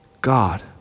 God